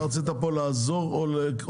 אתה רצית פה לעזור או?